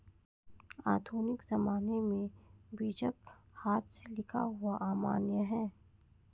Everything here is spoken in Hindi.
आधुनिक ज़माने में बीजक हाथ से लिखा हुआ अमान्य है